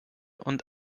und